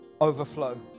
overflow